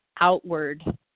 outward